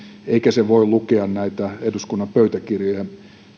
eikä se voi lukea näitä eduskunnan pöytäkirjoja